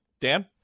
Dan